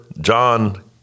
John